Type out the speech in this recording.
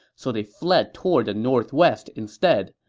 so they fled toward the northwest instead.